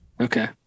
Okay